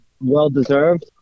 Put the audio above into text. Well-deserved